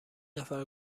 نفر